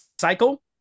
cycle